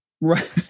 right